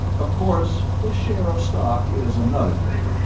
of course, the share of stock is another thing.